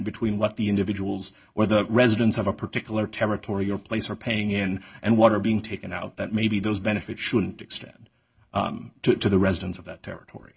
between what the individuals or the residents of a particular territory or place are paying in and water being taken out that maybe those benefits shouldn't extend to the residents of that territory